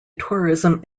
tourism